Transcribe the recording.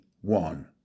one